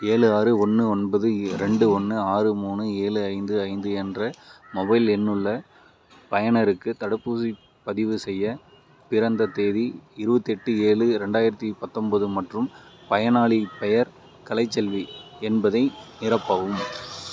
ஏழு ஆறு ஒன்று ஒன்பது ரெண்டு ஒன்று ஆறு மூணு ஏழு ஐந்து ஐந்து என்ற மொபைல் எண்ணுள்ள பயனருக்கு தடுப்பூசி பதிவு செய்ய பிறந்த தேதி இருபத்தெட்டு ஏழு ரெண்டாயிரத்து பத்தொம்பது மற்றும் பயனாளிப் பெயர் கலைச்செல்வி என்பதை நிரப்பவும்